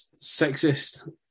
Sexist